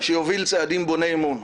שיוביל צעדים בוני אמון.